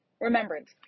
remembrance